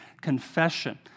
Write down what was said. Confession